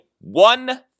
one-